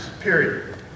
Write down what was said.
period